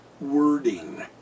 wording